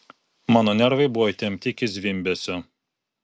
mano nervai buvo įtempti iki zvimbesio